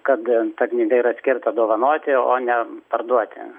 kad ta knyga yra skirta dovanoti o ne parduoti